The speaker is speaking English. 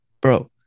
Bro